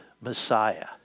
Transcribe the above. Messiah